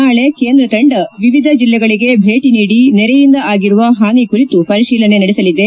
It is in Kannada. ನಾಳೆ ಕೇಂದ್ರ ತಂಡ ವಿವಿಧ ಜಿಲ್ಲೆಗಳಿಗೆ ಭೇಟಿ ನೀಡಿ ನೆರೆಯಿಂದ ಆಗಿರುವ ಹಾನಿ ಕುರಿತು ಪರಿಶೀಲನೆ ನಡೆಸಲಿದೆ